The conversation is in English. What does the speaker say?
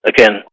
Again